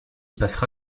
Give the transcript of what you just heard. passera